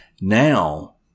now